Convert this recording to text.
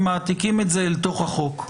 ומעתיקים את זה אל תוך החוק.